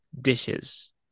dishes